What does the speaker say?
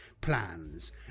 plans